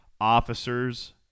Officers